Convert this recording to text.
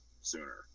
sooner